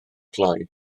gloi